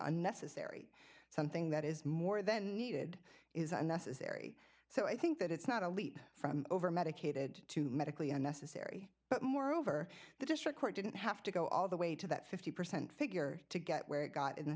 unnecessary something that is more than needed is unnecessary so i think that it's not a leap from over medicated to medically unnecessary but moreover the district court didn't have to go all the way to that fifty percent figure to get where it got in the